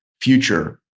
future